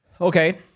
Okay